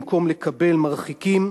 במקום לקבל, מרחיקים.